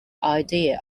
ideas